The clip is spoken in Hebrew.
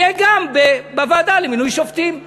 יהיה גם בוועדה למינוי שופטים.